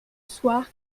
soir